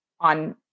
on